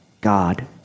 God